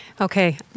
Okay